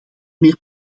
meer